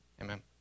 Amen